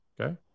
okay